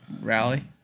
rally